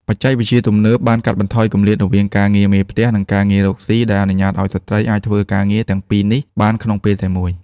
បច្ចេកវិទ្យាទំនើបបានកាត់បន្ថយគម្លាតរវាងការងារមេផ្ទះ និងការងាររកស៊ី ដែលអនុញ្ញាតឱ្យស្ត្រីអាចធ្វើការងារទាំងពីរនេះបានក្នុងពេលតែមួយ។